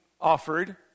offered